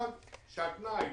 אחד, שהתנאי